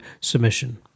submission